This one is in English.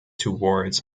towards